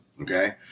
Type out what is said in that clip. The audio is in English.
okay